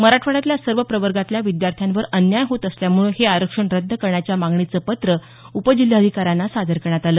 मराठवाड्यातल्या सर्व प्रवर्गातल्या विद्यार्थ्यांवर अन्याय होत असल्यामुळे हे आरक्षण रद्द करण्याच्या मागणीचं पत्र उपजिल्हाधिकाऱ्यांना सादर करण्यात आलं